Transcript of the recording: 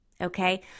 okay